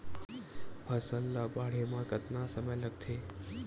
फसल ला बाढ़े मा कतना समय लगथे?